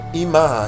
ima